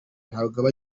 ntaba